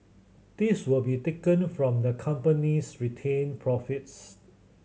this will be taken from the company's retained profits